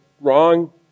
wrong